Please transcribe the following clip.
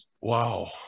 Wow